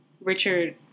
richard